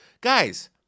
guys –